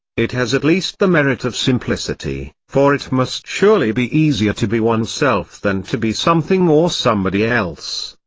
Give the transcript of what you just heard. it has at least the merit of simplicity, for it must surely be easier to be oneself than to be something or somebody else.